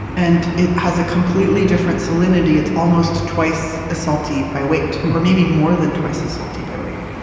and it's has a completely different salinity. it's almost twice as salty by weight or maybe more than twice as salty by weight,